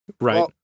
Right